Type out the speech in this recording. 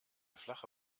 flache